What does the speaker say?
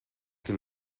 que